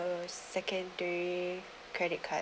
secondary credit card